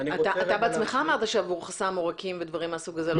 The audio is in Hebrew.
אתה בעצמך אמרת שעבור חסם עורקים ודברים מהסוג הזה לא צריך בעלי חיים.